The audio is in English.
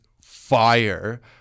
fire